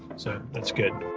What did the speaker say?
so that's good.